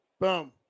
Boom